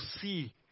see